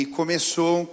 começou